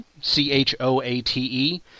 C-H-O-A-T-E